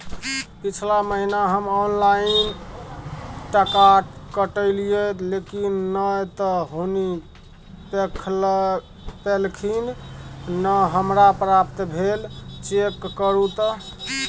पिछला महीना हम ऑनलाइन टका कटैलिये लेकिन नय त हुनी पैलखिन न हमरा प्राप्त भेल, चेक करू त?